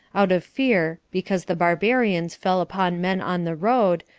out of fear, because the barbarians fell upon men on the road,